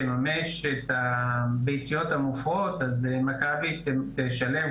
לממש את הביציות המופרות אז מכבי תשלם,